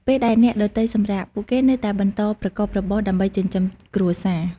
ពេលដែលអ្នកដទៃសម្រាក ពួកគេនៅតែបន្តប្រកបរបរដើម្បីចិញ្ចឹមគ្រួសារ។